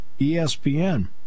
ESPN